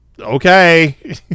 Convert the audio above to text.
okay